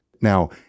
Now